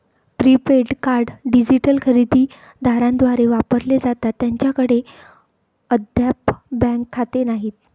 prepaid card digital खरेदी दारांद्वारे वापरले जातात ज्यांच्याकडे अद्याप बँक खाते नाही